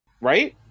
right